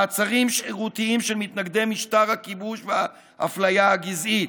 מעצרים שרירותיים של מתנגדי משטר הכיבוש והאפליה הגזעית,